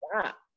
stop